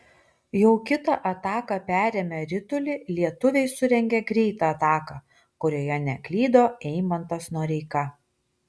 jau kitą ataką perėmę ritulį lietuviai surengė greitą ataką kurioje neklydo eimantas noreika